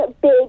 big